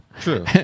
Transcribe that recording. True